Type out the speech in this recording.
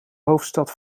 hoofdstad